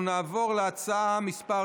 אנחנו נעבור להצעה מס'